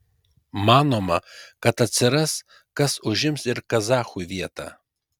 manoma kad atsiras kas užims ir kazachų vietą